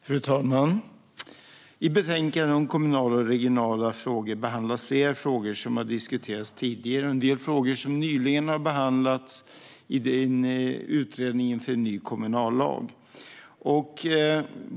Fru talman! I betänkandet om kommunala och regionala frågor behandlas flera frågor som har diskuterats tidigare. En del frågor har nyligen behandlats i utredningen om en ny kommunallag.